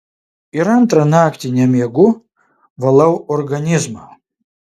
ir antrą naktį nemiegu valau organizmą